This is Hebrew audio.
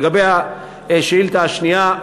לגבי השאלה השנייה,